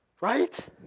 Right